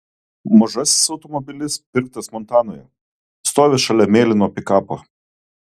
mažasis automobilis pirktas montanoje stovi šalia mėlyno pikapo